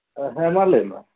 ᱦᱮᱸ ᱢᱟ ᱞᱟᱹᱭ ᱢᱮ